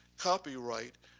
copyright,